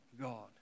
God